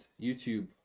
YouTube